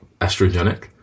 estrogenic